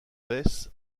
baissent